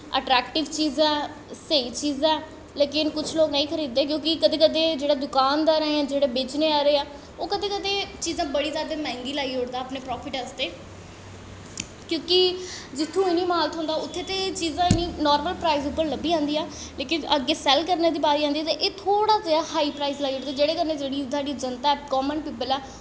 attractive चीजां न स्हेई चीजां ऐं लेकिन कुछ लोग नेईं खरीददे क्योंकि कदें कदें दुकानदार न जां जेह्ड़े बेचने आह्ले न क्योंकि ओह् कदें कदें जैदा मैंह्गी लाई ओड़दा चीजां अपने प्राफिट आस्तै क्योंकि जित्थै एह् चीजां थ्होंदियां उत्थै एह् नार्मल प्राईंज़ पर लब्भी जंदियां लेकिन अग्गें सैल्ल करने दी बारी आंदी ते जेह्दे कन्नै जेह्ड़ी साढ़ी जनता ऐ काम्मन प्यूपल ऐ